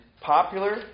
popular